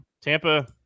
Tampa